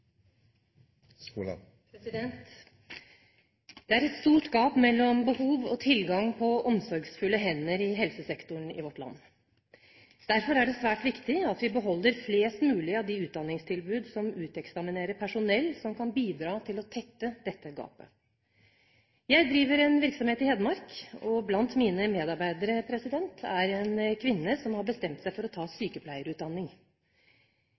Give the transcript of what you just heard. et stort gap mellom behov og tilgang på omsorgsfulle hender i helsesektoren i vårt land. Derfor er det svært viktig at vi beholder flest mulig av de utdanningstilbud som uteksaminerer personell, som kan bidra til å tette dette gapet. Jeg driver en virksomhet i Hedmark, og blant mine medarbeidere er det en kvinne som har bestemt seg for å ta